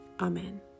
Amen